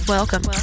Welcome